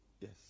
Yes